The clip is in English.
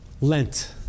Lent